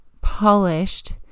polished